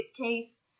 case